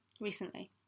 recently